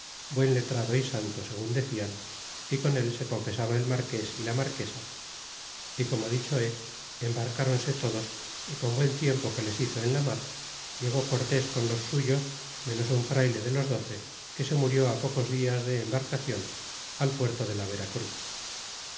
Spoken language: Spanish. buen letrado y santo segun decian y con él se confesaba el marques y la marquesa e romo dicho he embarcáronse todos é con buen tiempo que les hizo en la mar llegó cortés con los suyos menos un frayle de los doce que se murió pocos dias de embarcacion al puerto de la veracruz